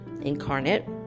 incarnate